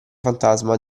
fantasma